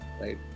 right